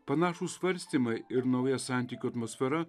panašūs svarstymai ir nauja santykių atmosfera